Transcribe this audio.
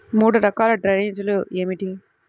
మూడు రకాల డ్రైనేజీలు ఏమిటి?